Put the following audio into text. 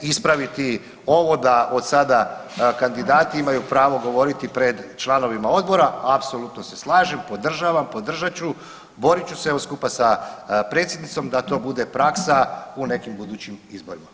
Ispraviti ovo da od sada kandidati imaju pravo govoriti pred članovima Odbora, apsolutno se slažem, podržavam, podržat ću, borit ću se evo, skupa sa predsjednicom da to bude praksa u nekim budućim izborima.